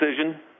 decision